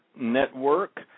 Network